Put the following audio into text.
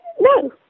no